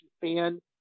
fan